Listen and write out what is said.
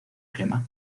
crema